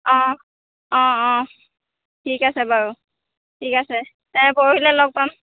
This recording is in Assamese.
অঁ অঁ অঁ ঠিক আছে বাৰু ঠিক আছে তেনে পৰহিলৈ লগ পাম